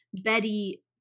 Betty